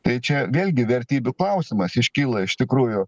tai čia vėlgi vertybių klausimas iškyla iš tikrųjų